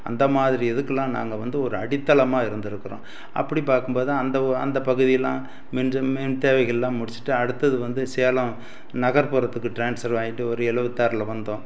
அந்த மாதிரி இதுக்கெலாம் நாங்கள் வந்து ஒரு அடித்தளமாக இருந்திருக்குறோம் அப்படி பார்க்கும் போது அந்த அந்த பகுதியெலாம் மிஞ்ச மின் தேவைகளெலாம் முடிச்சுட்டு அடுத்தது வந்து சேலம் நகர்புறத்துக்கு ட்ரான்ஸ்வர் வாங்கிட்டு ஒரு எழுவத்தாறுல வந்தோம்